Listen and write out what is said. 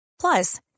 plus